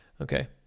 Okay